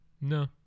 No